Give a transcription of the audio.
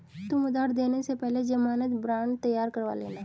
तुम उधार देने से पहले ज़मानत बॉन्ड तैयार करवा लेना